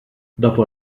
dopo